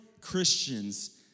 Christians